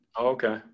okay